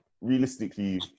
realistically